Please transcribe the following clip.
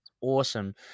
awesome